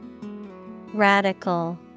Radical